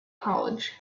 college